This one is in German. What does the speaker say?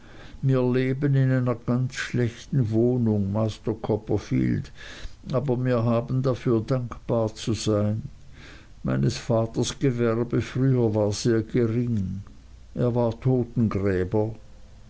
mir leben in einer ganz schlechten wohnung master copperfield aber mir haben dafür dankbar zu sein meines vaters gewerbe früher war sehr gering er war totengräber